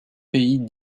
pays